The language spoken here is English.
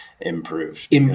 improved